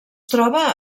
troba